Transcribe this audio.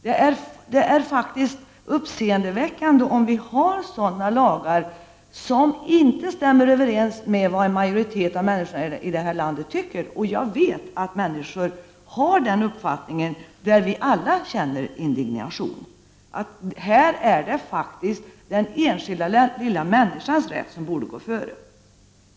Det är uppseendeväckande om vi har lagar som inte stämmer överens med vad en majoritet av människorna i det här landet anser. Jag vet att människor har den uppfattningen. Vi känner alla indignation, och den enskilda lilla människans rätt borde här gå före.